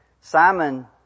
Simon